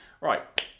right